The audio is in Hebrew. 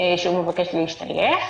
שאליה הוא מבקש להשתייך"